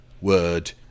word